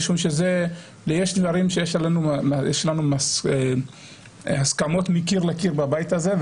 משום שיש דברים שיש עליהם הסכמות מקיר לקיר בבית הזה,